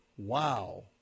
Wow